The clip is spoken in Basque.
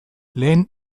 lehen